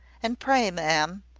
and pray, ma'am,